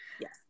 yes